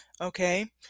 okay